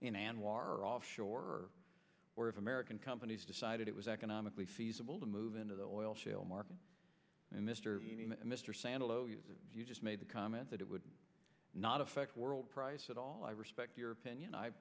in anwar offshore or if american companies decided it was economically feasible to move into the oil shale market and mr mr sandal you just made the comment that it would not affect world price at all i respect your opinion i